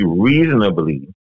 reasonably